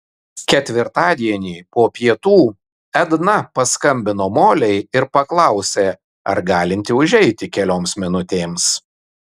ketvirtadienį po pietų edna paskambino molei ir paklausė ar galinti užeiti kelioms minutėms